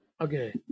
Okay